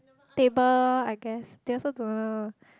table I guess they also don't know